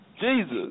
Jesus